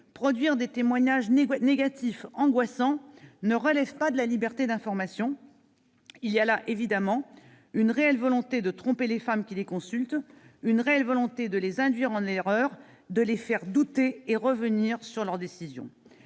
production de témoignages négatifs et angoissants ne relèvent pas de la liberté d'information : il y a là, évidemment, une réelle volonté de tromper les femmes qui les consultent, une réelle volonté d'induire les femmes en erreur, de les faire douter et revenir sur leur décision.